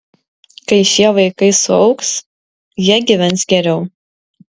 kai šie vaikai suaugs jie gyvens geriau